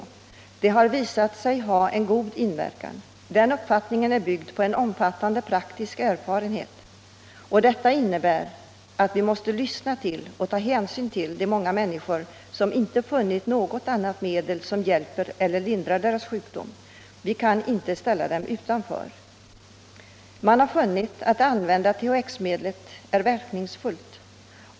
Medlet har visat sig ha en god inverkan. Den uppfattningen är byggd på omfattande praktisk erfarenhet. Och detta innebär att vi måste lyssna till och ta hänsyn till de många människor som inte funnit något annat medel som hjälper mot eller lindrar deras sjukdom. Vi kan inte ställa dem utanför. Man har funnit att THX är verkningsfullt.